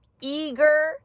Eager